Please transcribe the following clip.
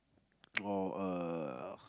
or a